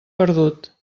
perdut